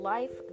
Life